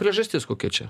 priežastis kokia čia